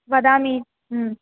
वदामि